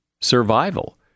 Survival